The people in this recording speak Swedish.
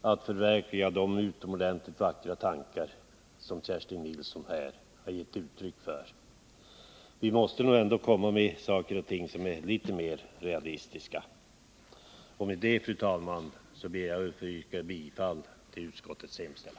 att förverkliga de utomordentligt vackra tankar som Kerstin Nilsson här har givit uttryck för. Man måste ändå komma med saker och ting som är litet mer realistiska. Med detta, fru talman, yrkar jag bifall till utskottets hemställan.